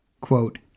Quote